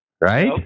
right